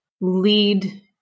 lead